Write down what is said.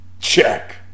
check